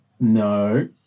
No